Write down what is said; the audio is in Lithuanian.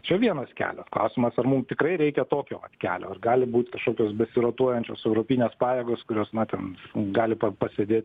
čia vienas kelias klausimas mum tikrai reikia tokio kelio ar gali būt kažkokios besirotuojančios europinės pajėgos kurios na ten gali pasėdėt